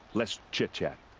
less chit chat.